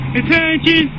attention